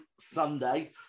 Sunday